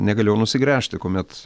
negalėjau nusigręžti kuomet